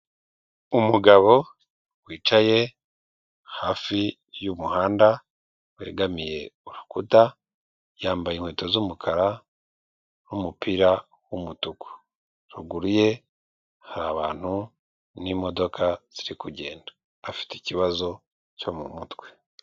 Umugabo wicaye hafi y'umuhanda wegamiye urukuta yambaye inkweto z'umukara n'umupira w'umutuku haguru ye hari abantu n'imodoka ziri kugenda afite ikibazo cyo mu mutwe.